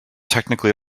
technically